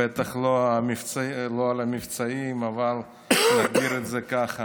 בטח לא את המבצעים, אבל נגדיר את זה ככה: